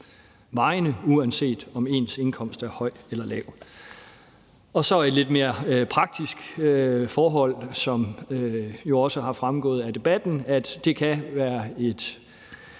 vejene, uanset om ens indkomst er høj eller lav. Så er der et lidt mere praktisk forhold, som jo også er fremgået af debatten, nemlig at det kan være et